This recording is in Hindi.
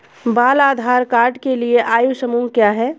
बाल आधार कार्ड के लिए आयु समूह क्या है?